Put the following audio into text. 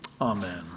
Amen